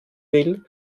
will